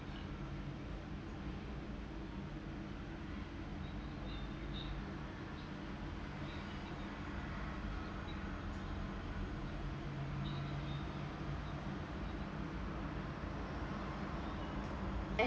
uh